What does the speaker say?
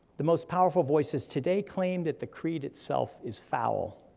the most powerful voices today claim that the creed itself is foul,